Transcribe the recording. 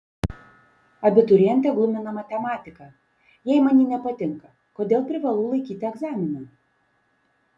abiturientę glumina matematika jei man ji nepatinka kodėl privalau laikyti egzaminą